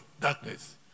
darkness